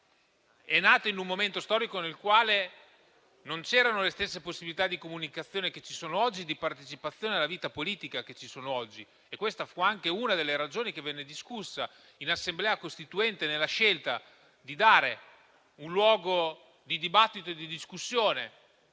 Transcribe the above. è nata in un momento storico nel quale non c'erano le stesse possibilità di comunicazione e di partecipazione alla vita politica che ci sono oggi. Questa fu anche una delle ragioni, che venne discussa in Assemblea costituente, della scelta di dare un luogo di dibattito e di discussione